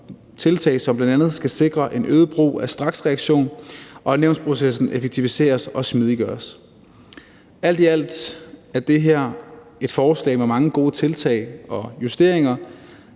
som bl.a. skal sikre en øget brug af straksreaktion, og at nævnsprocessen effektiviseres og smidiggøres. Alt i alt er det her et forslag med mange gode tiltag og justeringer.